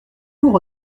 lourd